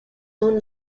own